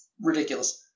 Ridiculous